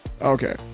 okay